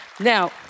Now